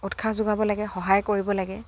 উৎসাহ যোগাব লাগে সহায় কৰিব লাগে